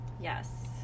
yes